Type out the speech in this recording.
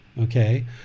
Okay